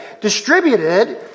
distributed